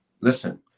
listen